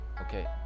Okay